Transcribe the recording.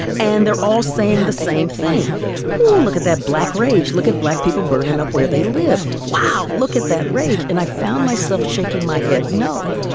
and they're all saying the same thing woo, look at that black rage. look at black people burning up where they live. wow, look at that rage. and i found myself shaking my head no,